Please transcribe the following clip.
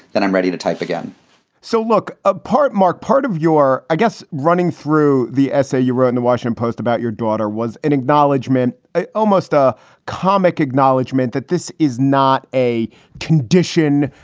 then i'm ready to type again so look, ah part mark, part of your i guess running through the essay you wrote in the washington post about your daughter was an acknowledgement, almost a comic acknowledgement that this is not a condition.